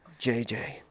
JJ